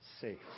Safe